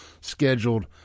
scheduled